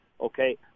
okay